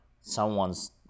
someone's